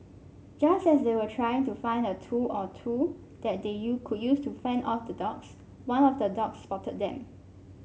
just as they were trying to find a tool or two that they you could use to fend off the dogs one of the dogs spotted them